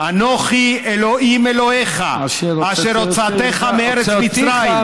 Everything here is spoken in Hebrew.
אנֹכי ה' אלהיך אשר הוצאתיך מארץ מצרים,